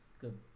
Good